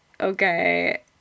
Okay